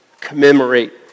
commemorate